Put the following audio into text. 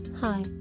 Hi